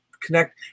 connect